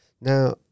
Now